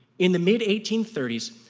in the mid eighteen thirty s,